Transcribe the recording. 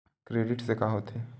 Credit से का होथे?